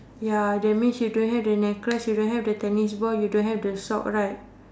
ya that means you don't have the necklace you don't have the tennis ball you don't have the sock right